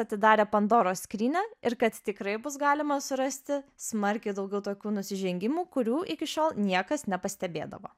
atidarė pandoros skrynią ir kad tikrai bus galima surasti smarkiai daugiau tokių nusižengimų kurių iki šiol niekas nepastebėdavo